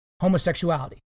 homosexuality